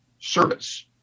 service